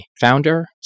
founder